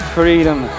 freedom